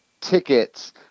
tickets